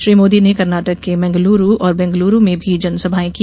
श्री मोदी ने कर्नाटक के मैंगलुरू और बंगलुरू में भी जनसभाएं की